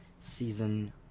season